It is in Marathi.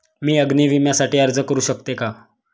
मी अग्नी विम्यासाठी अर्ज करू शकते का?